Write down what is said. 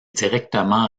directement